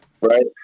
Right